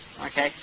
okay